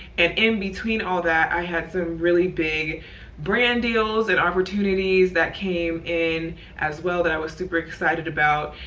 and in between all that i had some really big brand deals and opportunities that came in as well that i was super excited about.